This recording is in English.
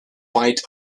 bite